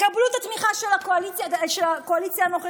תקבלו את התמיכה של הקואליציה הנוכחית,